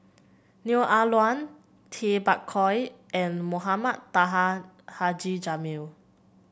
Neo Ah Luan Tay Bak Koi and Mohamed Taha Haji Jamil